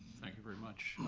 thank you very much.